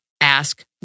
ask